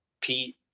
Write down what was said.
Pete